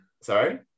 Sorry